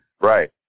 Right